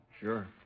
Sure